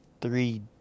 three